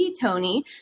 Tony